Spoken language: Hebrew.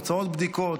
תוצאות בדיקות,